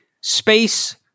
space